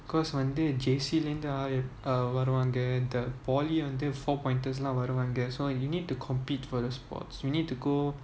because வந்து:vanthu J_C வந்துவருவாங்க:vanthu varuvaanga the poly வந்து:vanthu four pointers லாம்வருவாங்க:lam varuvaanga you need to compete for the spots you need to go